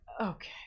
okay